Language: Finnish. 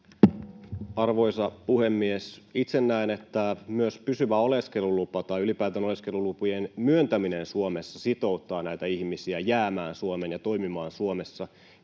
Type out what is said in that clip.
Arvoisa puhemies! Itse näen, että myös pysyvä oleskelulupa tai ylipäätään oleskelulupien myöntäminen Suomessa sitouttaa näitä ihmisiä jäämään Suomeen ja toimimaan Suomessa.